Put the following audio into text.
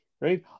right